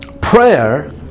prayer